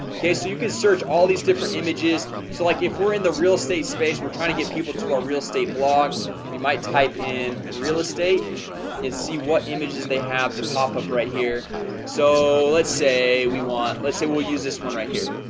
okay, so you can search all these different images so like if we're in the real estate space, we're trying to get people to our real estate blog we might type in real estate and see what images they have to pop up right here so let's say we want let's say we'll use this one right here.